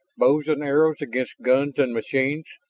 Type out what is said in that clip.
bows and arrows against guns and machines?